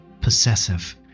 possessive